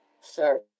Sir